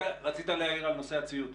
רצית להעיר על נושא הציוד.